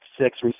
six